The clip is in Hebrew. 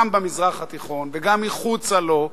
גם במזרח התיכון וגם מחוצה לו,